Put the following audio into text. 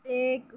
ایک